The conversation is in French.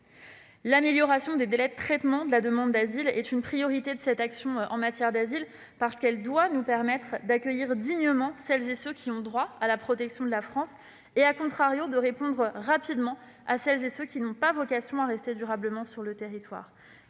L'amélioration des délais de traitement de la demande d'asile est une priorité de notre action en la matière, parce qu'elle doit nous permettre d'accueillir dignement celles et ceux qui ont droit à la protection de la France et,, de répondre rapidement à celles et ceux qui n'ont pas vocation à rester durablement sur le territoire.